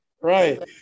Right